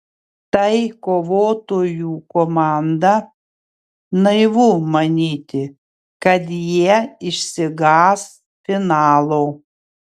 tai kovotojų komanda naivu manyti kad jie išsigąs finalo